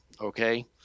Okay